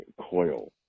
Coil